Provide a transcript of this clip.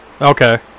Okay